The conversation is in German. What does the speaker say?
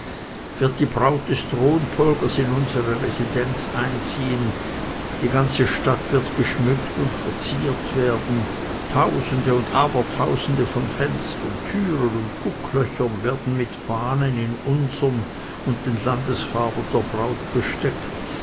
wird die braut des thronfolgers in unsere residenz einziehen die ganze stadt wird geschmückt und verziert werden tausende und abertausende von fenstern türen und gucklöchern werden mit fahnen in unsern und den landesfarben der braut besteckt